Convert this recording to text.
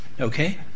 okay